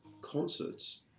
concerts